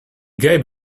gave